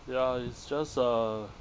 ya it's just a